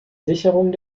sicherung